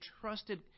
trusted –